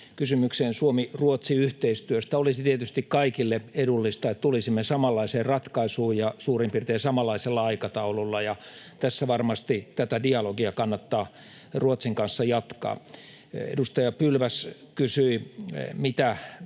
kysymykseen Suomi—Ruotsi-yhteistyöstä. Olisi tietysti kaikille edullista, että tulisimme samanlaiseen ratkaisuun ja suurin piirtein samanlaisella aikataululla. Tässä varmasti tätä dialogia kannattaa Ruotsin kanssa jatkaa. Edustaja Pylväs kysyi, mitä